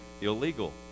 illegal